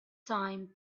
time